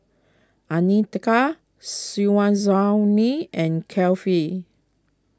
andika Syazwani and Kefli